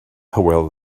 hywel